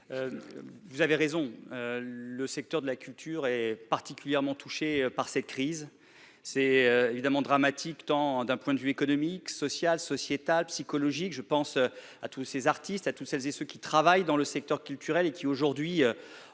vous avez raison : le secteur de la culture est particulièrement touché par cette crise. C'est évidemment dramatique, d'un point de vue tant économique et social que sociétal et psychologique. Je pense à tous les artistes et à toutes celles et tous ceux qui travaillent dans le secteur culturel, qui voient